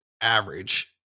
average